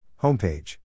Homepage